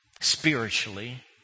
Spiritually